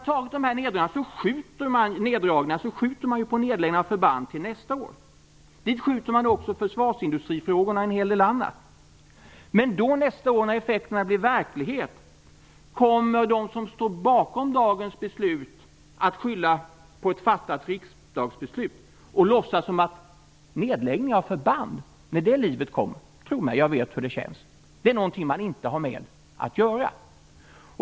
Efter dessa neddragningar skjuter man upp nedläggningarna av förband till nästa år. Dit skjuter man också försvarsindustrifrågorna och en hel del annat. Nästa år, när effekterna blir verklighet, kommer de som står bakom dagens beslut att skylla på ett fattat riksdagsbeslut. Man kommer att låtsas som om nedläggningar av förband - tro mig, jag vet hur det är - är något som man inte har med att göra.